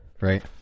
Right